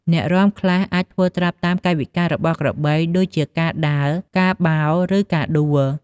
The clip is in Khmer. អ្នករាំខ្លះអាចធ្វើត្រាប់តាមកាយវិការរបស់ក្របី ដូចជាការដើរ ការបោល ឬការដួល។